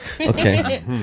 Okay